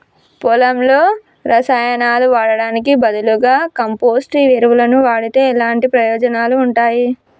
పొలంలో రసాయనాలు వాడటానికి బదులుగా కంపోస్ట్ ఎరువును వాడితే ఎలాంటి ప్రయోజనాలు ఉంటాయి?